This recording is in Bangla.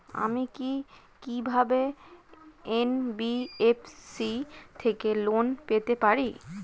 আমি কি কিভাবে এন.বি.এফ.সি থেকে লোন পেতে পারি?